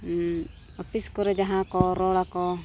office ᱠᱚᱨᱮ ᱡᱟᱦᱟᱸ ᱠᱚ ᱨᱚᱚᱲ ᱟᱠᱚ